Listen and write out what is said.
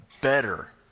better